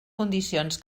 condicions